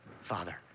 Father